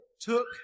took